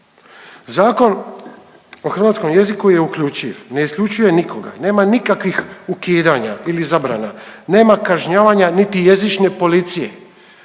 Zakon o hrvatskom jeziku je uključiv, ne isključuje nikoga, nema nikakvih ukidanja ili zabrana, nema kažnjavanja niti jezične policije.